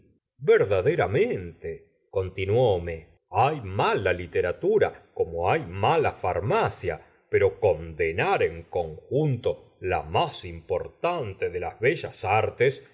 verdaderamente continuó homais hay mala literatura como hay mala farmacia pero condenar en conjunto la más importante de las bellas ar